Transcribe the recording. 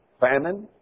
famine